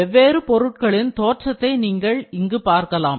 வெவ்வேறு பொருட்களின் தோற்றத்தை நீங்கள் இங்கு பார்க்கலாம்